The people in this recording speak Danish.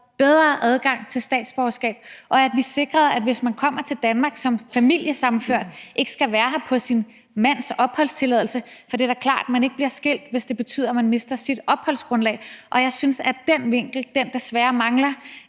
bedre adgang til statsborgerskab, og at vi sikrede, at man, hvis man kommer til Danmark som familiesammenført, ikke skal være her på sin mands opholdstilladelse? For det er da klart, at man ikke bliver skilt, hvis det betyder, at man mister sit opholdsgrundlag, og jeg synes, at den vinkel desværre mangler